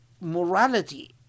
morality